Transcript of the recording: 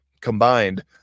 combined